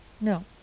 No